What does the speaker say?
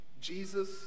jesus